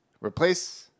Replace